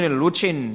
luchin